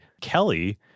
Kelly